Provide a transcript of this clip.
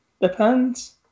depends